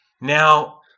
Now